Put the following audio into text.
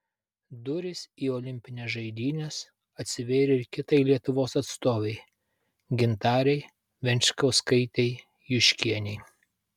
durys į olimpines žaidynes atsivėrė ir kitai lietuvos atstovei gintarei venčkauskaitei juškienei